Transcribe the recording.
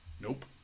Nope